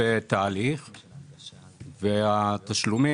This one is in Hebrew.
זאת החלטה